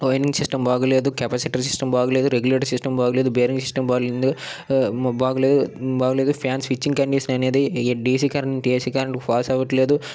wiring system బాగోలేదు capacitor system బాగోలేదు regulating system బాగోలేదు బేరింగ్ సిస్టమ్ బాగోలేదు బాగోలేదు బాగోలేదు ఫాన్ స్విచింగ్ కండిషన్ అనేది ఈ డీసీ కరెంట్ ఏసీ కరెంట్కి పాస్ అవ్వట్లేదు